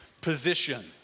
position